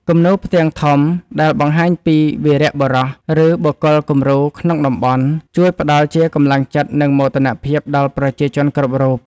គំនូរផ្ទាំងធំ ដែលបង្ហាញពីវីរបុរស ឬបុគ្គលគំរូក្នុងតំបន់ ជួយផ្ដល់ជាកម្លាំងចិត្ត និងមោទនភាពដល់ប្រជាជនគ្រប់រូប។